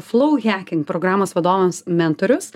flouhaking programos vadovas mentorius